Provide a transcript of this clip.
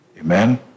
Amen